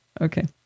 okay